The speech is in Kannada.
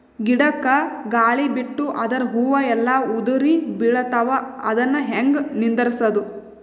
ಗಿಡಕ, ಗಾಳಿ ಬಿಟ್ಟು ಅದರ ಹೂವ ಎಲ್ಲಾ ಉದುರಿಬೀಳತಾವ, ಅದನ್ ಹೆಂಗ ನಿಂದರಸದು?